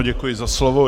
Děkuji za slovo.